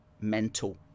mental